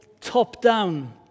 top-down